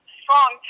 strong